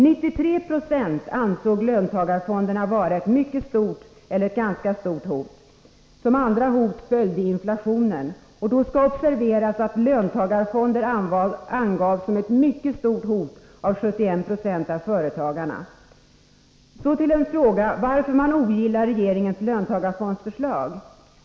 93 90 ansåg löntagarfonderna vara ett mycket stort eller ett ganska stort hot. Som hot nr 2 kom inflationen. Det skall observeras att löntagarfonder angavs som ett mycket stort hot av 71 20 av företagarna. En annan fråga var varför de ogillar regeringens löntagarfondsförslag.